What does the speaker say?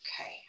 Okay